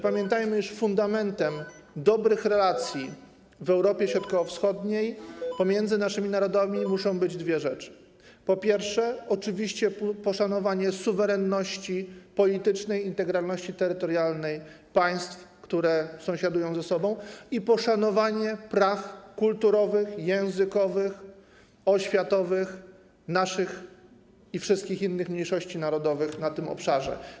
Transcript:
Pamiętajmy, iż fundamentem dobrych relacji w Europie Środkowo-Wschodniej, pomiędzy naszymi narodami, muszą być dwie rzeczy: po pierwsze, oczywiście poszanowanie suwerenności politycznej, integralności terytorialnej państw, które sąsiadują ze sobą, po drugie, poszanowanie praw kulturowych, językowych, oświatowych naszych i wszystkich innych mniejszości narodowych na tym obszarze.